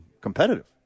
competitive